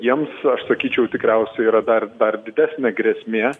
jiems o aš sakyčiau tikriausiai yra dar didesnė grėsmė